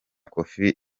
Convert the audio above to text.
kofi